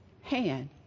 hand